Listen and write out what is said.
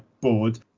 board